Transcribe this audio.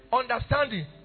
understanding